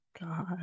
God